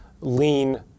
lean